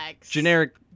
Generic